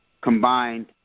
combined